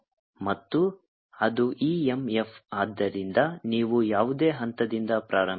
ಮತ್ತು ಅದು e m f ಆದ್ದರಿಂದ ನೀವು ಯಾವುದೇ ಹಂತದಿಂದ ಪ್ರಾರಂಭಿಸಿ